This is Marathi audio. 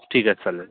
ठीक आहे चालेल